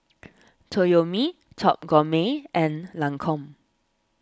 Toyomi Top Gourmet and Lancome